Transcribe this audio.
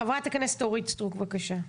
חברת הכנסת אורית סטרוק, בקשה.